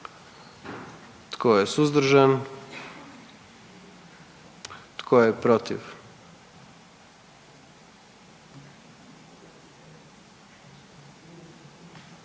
Tko je suzdržan? Tko je protiv?